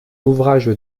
ouvrage